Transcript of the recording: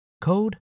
code